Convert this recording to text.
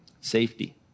Safety